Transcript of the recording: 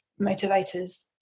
motivators